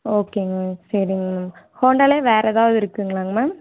ஓகேங்க மேம் சரிங்க மேம் ஹோண்டால வேறு ஏதாவது இருக்குங்களாங்க மேம்